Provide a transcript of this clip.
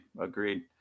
Agreed